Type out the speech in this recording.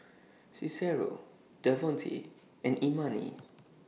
Cicero Davonte and Imani